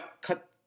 Cut